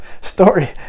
story